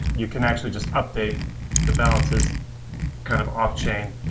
you can actually just update the balances kind of off chain,